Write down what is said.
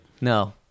No